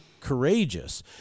courageous